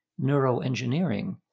neuroengineering